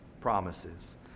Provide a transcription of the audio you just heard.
promises